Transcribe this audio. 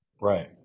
Right